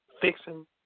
fixing